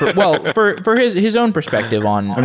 well, for for his his own perspective on on